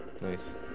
Nice